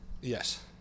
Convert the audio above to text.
Yes